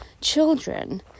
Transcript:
children